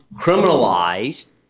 criminalized